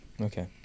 okay